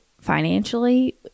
financially